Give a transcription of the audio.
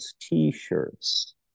T-shirts